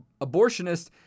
abortionist